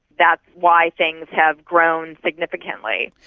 that's why things have grown significantly.